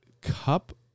cup